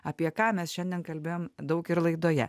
apie ką mes šiandien kalbėjom daug ir laidoje